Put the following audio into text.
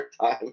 time